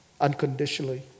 unconditionally